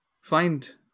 find